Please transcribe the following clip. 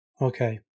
Okay